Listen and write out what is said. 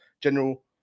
general